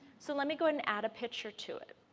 so let me go and add a picture to it.